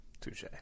Touche